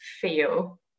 feel